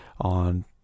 on